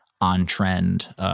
on-trend